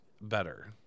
better